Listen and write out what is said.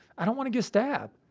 i don't want to get stabbed.